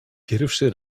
pierwszy